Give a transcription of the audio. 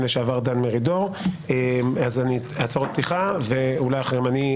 לשעבר דן מרידור אז נעבור להצהרות פתיחה ואולי אחריהן,